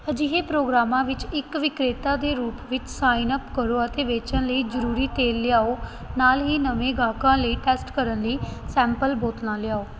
ਅਜਿਹੇ ਪ੍ਰੋਗਰਾਮਾਂ ਵਿੱਚ ਇੱਕ ਵਿਕਰੇਤਾ ਦੇ ਰੂਪ ਵਿੱਚ ਸਾਈਨ ਅੱਪ ਕਰੋ ਅਤੇ ਵੇਚਣ ਲਈ ਜ਼ਰੂਰੀ ਤੇਲ ਲਿਆਓ ਨਾਲ ਹੀ ਨਵੇਂ ਗਾਹਕਾਂ ਲਈ ਟੈਸਟ ਕਰਨ ਲਈ ਸੈਂਪਲ ਬੋਤਲਾਂ ਲਿਆਓ